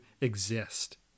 exist